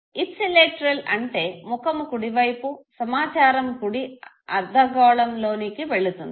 ఇప్సి lateral అంటే ముఖము కుడి వైపు సమాచారం కుడి అర్ధగోళంలోనికి వెళుతుంది